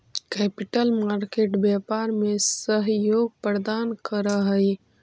capital market व्यापार में सहयोग प्रदान करऽ हई